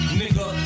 nigga